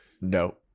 No